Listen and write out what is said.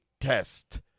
test